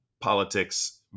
politics